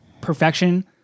perfection